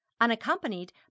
unaccompanied